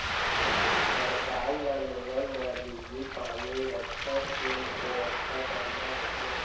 सरकार ल लोगन बर बिजली, पानी, रद्दा के बेवस्था करना होथे